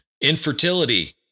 Infertility